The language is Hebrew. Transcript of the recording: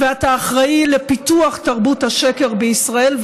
אתה אחראי לפיתוח תרבות השקר בישראל,